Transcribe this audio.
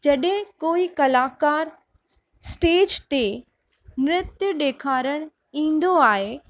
जॾहिं कोई कलाकार स्टेज ते नृत्य ॾेखारणु ईंदो आहे